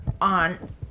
on